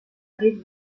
rive